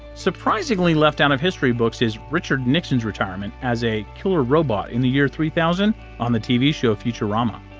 surprisingly left out of history books is richard nixon's retirement. as a killer robot in the year three thousand on the tv show futurama!